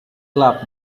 clapped